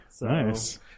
Nice